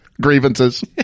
grievances